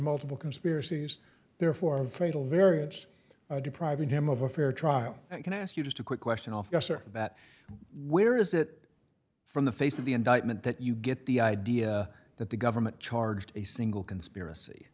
multiple conspiracies therefore the fatal variance depriving him of a fair trial and can i ask you just a quick question officer that where is that from the face of the indictment that you get the idea that the government charged a single conspiracy